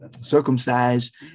circumcised